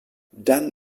dann